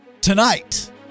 tonight